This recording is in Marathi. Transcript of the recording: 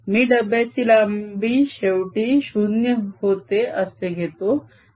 मी डब्ब्याची लांबी शेवटी 0 होते असे घेतो